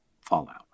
fallout